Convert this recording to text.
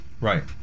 Right